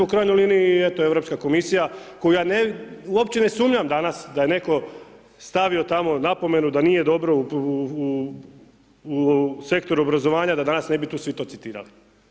U krajnjoj liniji i eto Europska komisija u koju ja uopće ne sumnjam danas da je netko stavio tamo napomenu da nije dobro u sektoru obrazovanja da danas ne bi tu ... citirali.